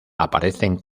aparecen